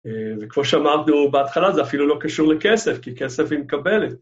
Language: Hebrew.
וכמו שאמרנו בהתחלה, זה אפילו לא קשור לכסף, כי כסף היא מקבלת.